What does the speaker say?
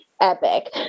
epic